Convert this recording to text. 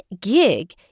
gig